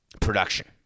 Production